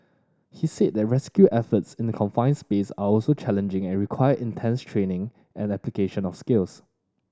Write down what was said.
he said that rescue efforts in the confine space are also challenging and require intense training and application of skills